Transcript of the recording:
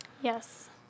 Yes